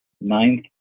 ninth